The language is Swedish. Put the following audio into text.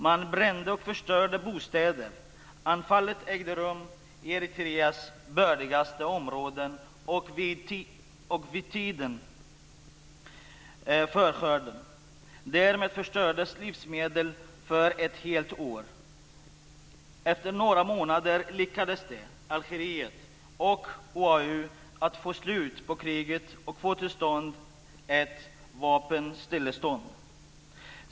Man brände och förstörde bostäder. Anfallet ägde rum i Eritreas bördigaste områden och vid tiden för skörden. Därmed förstördes livsmedel för ett helt år. Efter några månader lyckades det Algeriet och OAU att få slut på kriget och få till stånd ett vapenstillestånd.